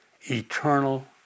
Eternal